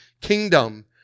kingdom